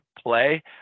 play